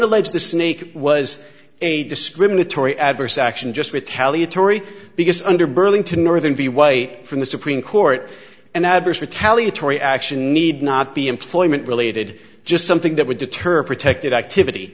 allege the snake was a discriminatory adverse action just retaliate tory because under burlington northern view way from the supreme court an adverse retaliatory action need not be employment related just something that would deter protected activity